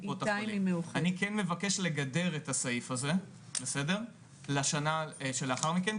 אני כן מבקש לגדר את הסעיף הזה לשנה שלאחר מכן,